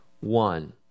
one